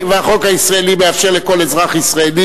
והחוק הישראלי מאפשר לכל אזרח ישראלי